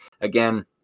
Again